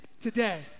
today